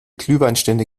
glühweinstände